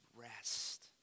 Rest